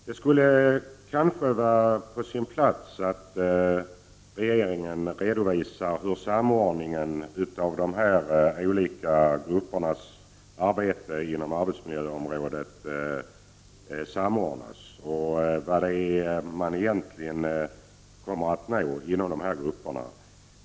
Det skulle kanske vara på sin plats att regeringen redovisar hur de här olika gruppernas arbete inom arbetsmiljöområdet samordnas och vad man egentligen vill uppnå i de här grupperna.